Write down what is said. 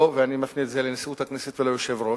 ואני מפנה את זה לנשיאות הכנסת וליושב-ראש: